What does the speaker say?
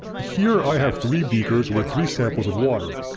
here i have three beakers with three samples of water,